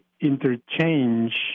interchange